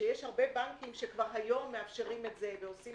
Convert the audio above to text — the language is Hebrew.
שיש הרבה בנקים שכבר היום מאפשרים את זה ועושים את זה.